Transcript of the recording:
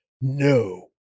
No